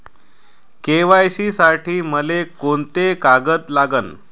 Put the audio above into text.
KYC साठी मले कोंते कागद लागन?